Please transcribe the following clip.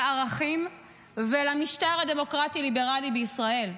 לערכים ולמשטר הדמוקרטי ליברלי בישראל.